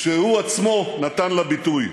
שהוא עצמו נתן לה ביטוי.